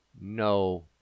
no